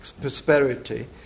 prosperity